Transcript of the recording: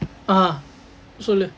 ah so